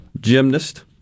Gymnast